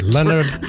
Leonard